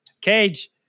cage